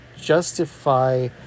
justify